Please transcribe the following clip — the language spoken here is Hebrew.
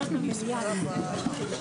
הישיבה ננעלה בשעה 10:58.